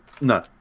No